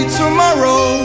tomorrow